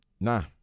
Nah